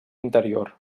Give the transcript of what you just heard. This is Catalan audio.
interior